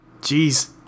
Jeez